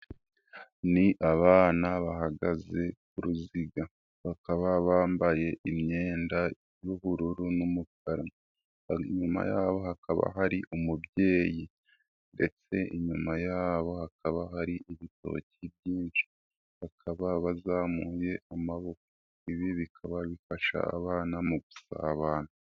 Ni abana bahagaze ku ruziga. Bakaba bambaye imyenda y'ubururu n'umukara. Inyuma yaho hakaba hari umubyeyi ndetse inyuma yabo hakaba hari ibitoki byinshi. Bakaba bazamuye amaboko. Ibi bikaba bifasha abana mu gusabana.